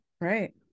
right